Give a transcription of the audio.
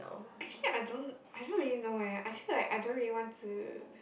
actually I don't I don't really know eh actually I don't really want to